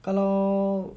kalau